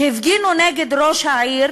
שהפגינו נגד ראש העיר